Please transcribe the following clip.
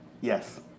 Yes